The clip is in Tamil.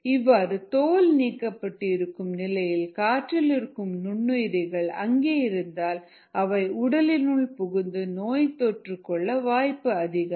இவ்வாறு தோல் நீக்கப்பட்டு இருக்கும் நிலையில் காற்றில் இருக்கும் நுண்ணுயிரிகள் அங்கே இருந்தால் அவை உடலினுள்ளே புகுந்து நோய்தொற்று கொள்ள வாய்ப்பு அதிகம்